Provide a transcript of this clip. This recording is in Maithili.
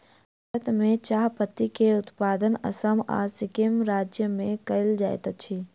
भारत में चाह पत्ती के उत्पादन असम आ सिक्किम राज्य में कयल जाइत अछि